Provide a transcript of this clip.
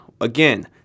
Again